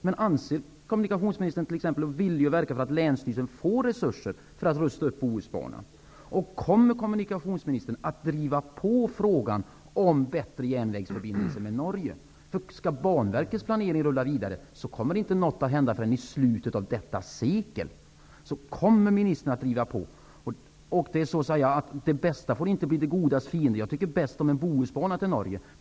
Men vill kommunikationsministern t.ex. medverka till att länsstyrelsen får resurser till en upprustning av Om Banverkets planering skall rulla vidare, kommer det inte att hända någonting förrän i slutet av detta sekel. Kommer ministern alltså att driva på här? Det bästa får inte bli det godas fiende. Jag tycker att det bästa är en Bohusbana till Norge.